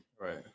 Right